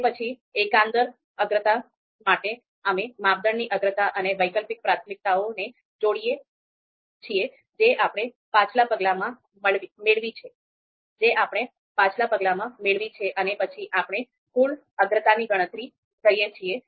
તે પછી એકંદર અગ્રતા માટે અમે માપદંડની અગ્રતા અને વૈકલ્પિક પ્રાથમિકતાઓને જોડીએ છીએ જે આપણે પાછલા પગલામાં મેળવી છે અને પછી આપણે કુલ અગ્રતાની ગણતરી કરીએ છીએ